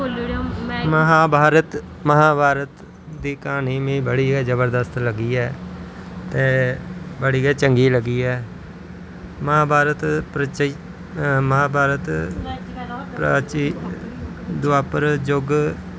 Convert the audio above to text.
महाभारत महाभारत दी क्हानी मिगी बड़ी गै जबरदस्त लग्गी ऐ ते बड़ी गै चंगी लग्गी ऐ महाभारत च महाबारत प्रचीन दोआपर युग